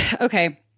okay